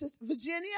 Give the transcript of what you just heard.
Virginia